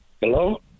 Hello